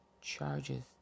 charges